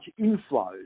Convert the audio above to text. inflows